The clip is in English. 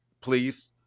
please